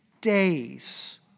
days